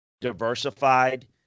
diversified